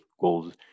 goals